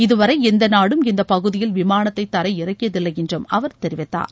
இதுவரை எந்த நாடும் இந்த பகுதியில் விமானத்தை தரை இறக்கியதில்லை என்று அவர் கூறினார்